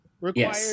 required